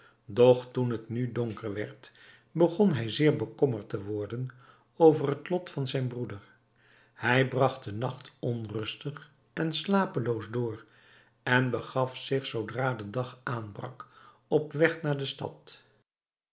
doch toen het nu donker werd begon hij zeer bekommerd te worden over het lot van zijn broeder hij bragt den nacht onrustig en slapeloos door en begaf zich zoodra de dag aanbrak op weg naar de stad